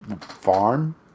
farm